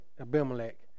Abimelech